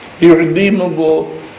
irredeemable